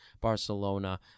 Barcelona